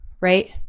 right